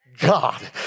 God